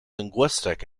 linguistic